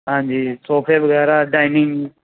ਹਾਂਜੀ ਸੋਫੇ ਵਗੈਰਾ ਡਾਇਨਿੰਗ